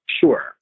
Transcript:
Sure